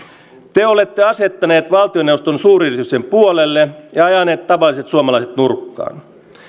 te te olette asettaneet valtioneuvoston suuryritysten puolelle ja ajaneet tavalliset suomalaiset nurkkaan